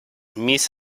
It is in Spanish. mis